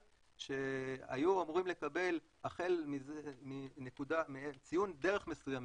שהיו אמורים לקבל החל מציון דרך מסוים,